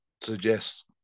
suggest